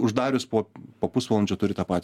uždarius po po pusvalandžio turi tą patį